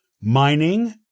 mining